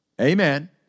Amen